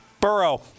Burrow